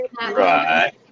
Right